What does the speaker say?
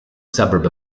suburb